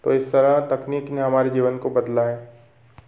तो इस तरह तकनीक ने हमारे जीवन को बदला है